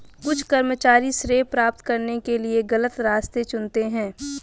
कुछ कर्मचारी श्रेय प्राप्त करने के लिए गलत रास्ते चुनते हैं